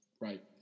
right